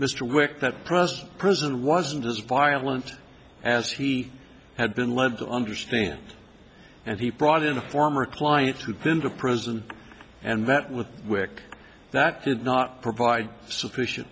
mr wick that pres prison wasn't as violent as he had been led to understand and he brought in a former client to been to prison and met with wic that did not provide sufficient